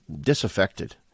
disaffected